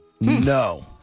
No